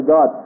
God